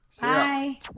Bye